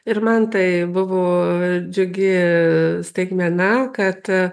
ir man tai buvo džiugi staigmena kad